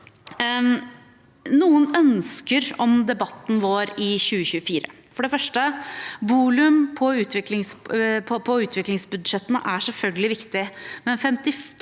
Noen ønsker om debatten vår i 2024 er for det første: Volum på utviklingsbudsjettene er selvfølgelig viktig,